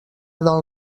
del